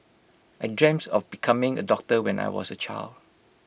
I dreams of becoming A doctor when I was A child